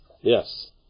Yes